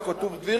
לא כתוב "דביר",